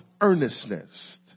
earnestness